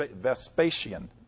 Vespasian